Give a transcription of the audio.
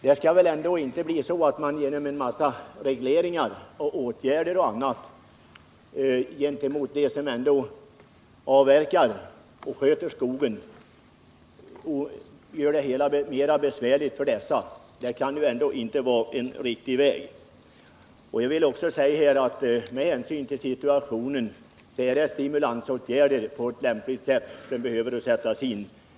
Det kan inte vara en riktig väg att genom vissa regleringar och andra åtgärder göra det besvärligt för dem som avverkar på ett riktigt sätt och sköter sin skog. Jag menar att med hänsyn till situationen är det stimulansåtgärder som behöver sättas in på ett lämpligt sätt.